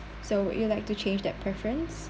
so you'd like to change that preference